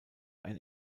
ein